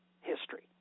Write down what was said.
history